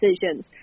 decisions